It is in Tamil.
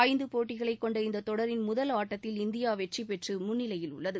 ஐந்து போட்டிகளை கொண்ட இந்த தொடரின் முதல் ஆட்டத்தில் இந்தியா வெற்றி பெற்று முன்னிலையில் உள்ளது